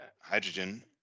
hydrogen